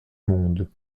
monde